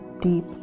deep